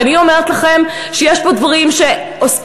אני אומרת לכם שיש פה דברים שעוסקים